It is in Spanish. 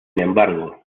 embargo